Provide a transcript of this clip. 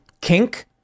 kink